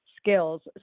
Skills